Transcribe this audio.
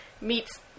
meets